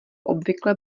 obvykle